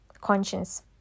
Conscience